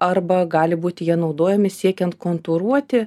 arba gali būti jie naudojami siekiant kontūruoti